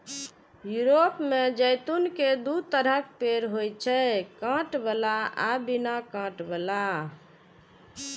Europe मे जैतून के दू तरहक पेड़ होइ छै, कांट बला आ बिना कांट बला